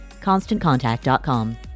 ConstantContact.com